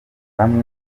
bamwe